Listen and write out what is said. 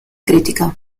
crítica